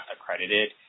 accredited